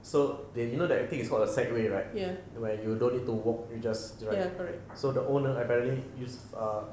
so the you know that thing is called a segway right here where you don't need to walk you just drive so the owner apparently use err